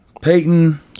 Peyton